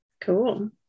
cool